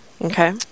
Okay